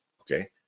okay